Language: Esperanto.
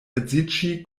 edziĝi